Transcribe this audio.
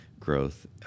growth